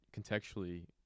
contextually